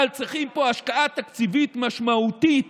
אבל צריכים פה השקעה תקציבית משמעותית